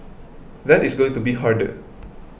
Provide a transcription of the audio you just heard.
that is going to be harder